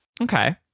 Okay